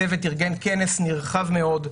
הצוות ארגן כנס נרחב מאוד,